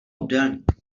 obdélník